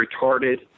retarded